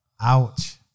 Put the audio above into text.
Ouch